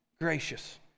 gracious